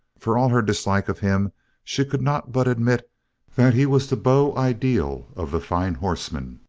for all her dislike of him she could not but admit that he was the beau ideal of the fine horseman.